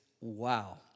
Wow